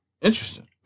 Interesting